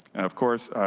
of course,